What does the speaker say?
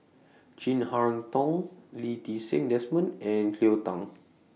Chin Harn Tong Lee Ti Seng Desmond and Cleo Thang